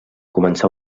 comença